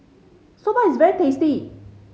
soba is very tasty